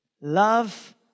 love